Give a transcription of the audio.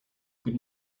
good